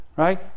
Right